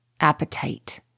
Appetite